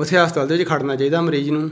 ਉਸੇ ਹਸਪਤਾਲ ਦੇ ਵਿੱਚ ਖੜ੍ਹਨਾ ਚਾਹੀਦਾ ਮਰੀਜ਼ ਨੂੰ